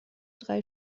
drei